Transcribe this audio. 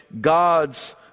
God's